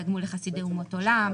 תגמול לחסידי אומות עולם,